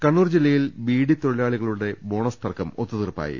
കണ്ണൂർ ജില്ലയിലെ ബീഡിത്തൊഴിലാളികളുടെ ബോണസ് തർക്കം ഒത്തുതീർപ്പായി